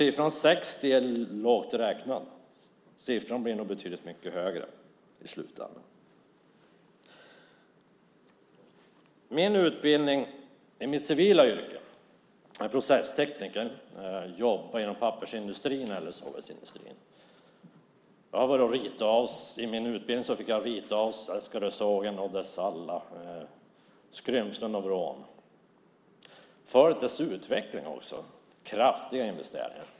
Siffran 60 är lågt räknad. Siffran blir nog betydligt högre i slutändan. Mitt civila yrke är processtekniker. Jag har jobbat inom pappersindustrin och sågverksindustrin. Under min utbildning fick jag rita av Seskarösågen och alla dess skrymslen och vrår. Följt dess utveckling har jag också. Det har gjorts kraftiga investeringar.